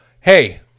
Hey